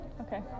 Okay